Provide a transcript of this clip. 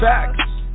Facts